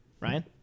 Ryan